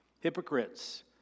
Hypocrites